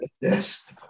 yes